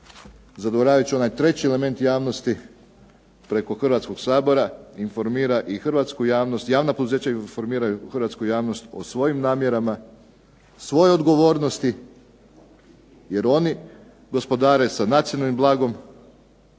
zaboravit ću onaj treći element javnosti, preko Hrvatskog sabora informira i hrvatsku javnost, javna poduzeća informiraju hrvatsku javnost o svojim namjerama, svojoj odgovornosti jer oni gospodare sa nacionalnim blagom,